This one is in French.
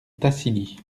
tassigny